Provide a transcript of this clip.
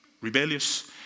Rebellious